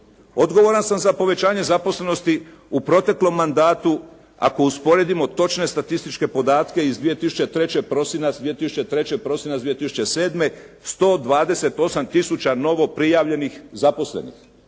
Odgovoran sam za povećanje zaposlenosti u proteklom mandatu, ako usporedimo točne statističke podatke iz 2003., prosinac 2003., prosinac 2007., 128 tisuća novo prijavljenih zaposlenih.